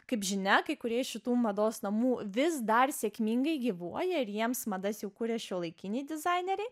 kaip žinia kai kurie iš šitų mados namų vis dar sėkmingai gyvuoja ir jiems madas jau kuria šiuolaikiniai dizaineriai